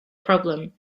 problem